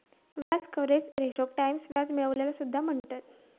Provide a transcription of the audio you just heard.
व्याज कव्हरेज रेशोक टाईम्स व्याज मिळविलेला सुद्धा म्हणतत